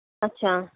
ਅੱਛਾ